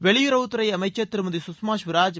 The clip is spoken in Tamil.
வெளியுறவுத்துறை அமைச்ச் திருமதி குஷ்மா ஸ்வராஜ்